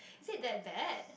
is it that bad